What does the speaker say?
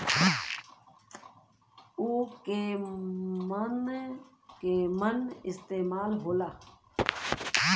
उव केमन केमन इस्तेमाल हो ला?